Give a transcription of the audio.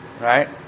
right